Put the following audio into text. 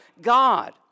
God